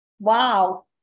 Wow